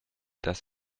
das